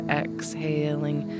exhaling